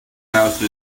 house